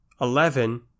eleven